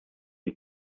die